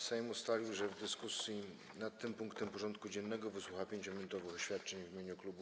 Sejm ustalił, że w dyskusji nad tym punktem porządku dziennego wysłucha 5-minutowych oświadczeń w imieniu klubów i kół.